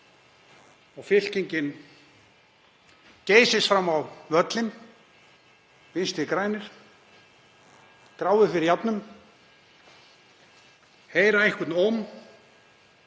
og fylkingin geysist fram á völlinn, Vinstri græn, grá fyrir járnum, heyra þau einhvern óm